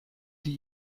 die